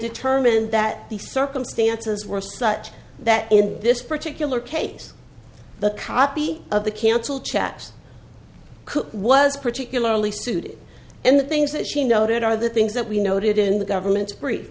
determine that the circumstances were such that in this particular case the copy of the canceled checks could was particularly suited and the things that she noted are the things that we noted in the government's